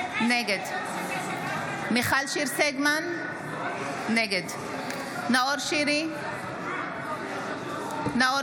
נגד מיכל שיר סגמן, נגד נאור שירי, נגד אושר